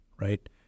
right